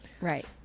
right